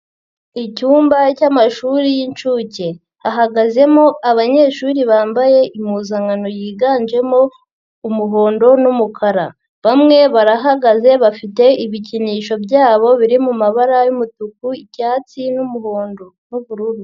Icyumba cyamashuri yinshuke, hagazemo abanyeshuri bambaye impuzankano yiganjemo umuhondo n'umukara, bamwe barahagaze bafite ibikinisho byabo biri mu mabara y'umutuku, icyatsi n'umuhondo n'ubururu.